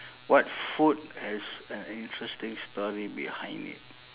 what food has an interesting story behind it